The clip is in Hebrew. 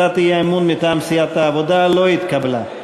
הצעת האי-אמון מטעם סיעת העבודה לא התקבלה.